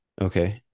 Okay